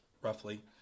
roughly